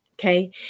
okay